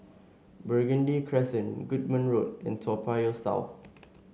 Burgundy Crescent Goodman Road and Toa Payoh South